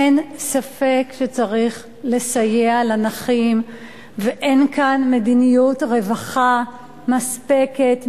אין ספק שצריך לסייע לנכים ואין כאן מדיניות רווחה מספקת,